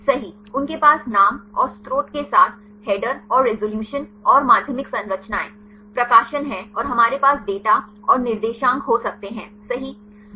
सही उनके पास नाम और स्रोत के साथ हेडर और रिज़ॉल्यूशन और माध्यमिक संरचनाएं प्रकाशन हैं और हमारे पास डेटा और निर्देशांक हो सकते हैं अधिकार